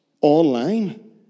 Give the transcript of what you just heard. online